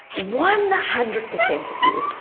one hundred percent of you,